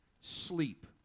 sleep